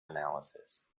analysis